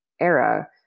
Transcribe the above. era